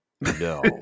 No